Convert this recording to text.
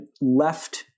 left